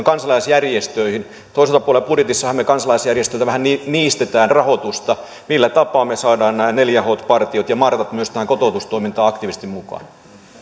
kansalaisjärjestöihin liittyen toiselta puolen budjetissahan me kansalaisjärjestöiltä vähän niistämme rahoitusta millä tapaa me saamme nämä neljä h t partiot ja martat myös tähän kotoutustoimintaan aktiivisesti mukaan